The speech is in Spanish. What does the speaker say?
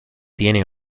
tiene